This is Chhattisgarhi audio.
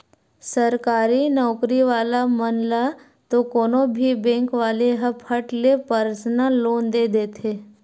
सरकारी नउकरी वाला मन ल तो कोनो भी बेंक वाले ह फट ले परसनल लोन दे देथे